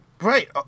Right